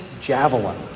Javelin